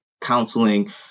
counseling